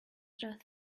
just